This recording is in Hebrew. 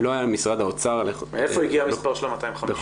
למשרד האוצר --- מאיפה הגיע המספר של 250?